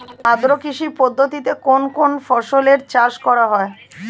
আদ্র কৃষি পদ্ধতিতে কোন কোন ফসলের চাষ করা হয়?